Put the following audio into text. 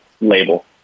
label